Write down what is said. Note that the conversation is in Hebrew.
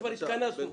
כבר התכנסנו.